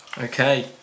Okay